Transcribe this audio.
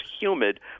humid